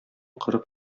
кырык